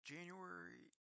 January